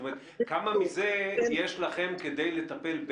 כמה מזה יש לכם כדי לטפל,